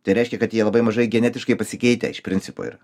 tai reiškia kad jie labai mažai genetiškai pasikeitę iš principo ir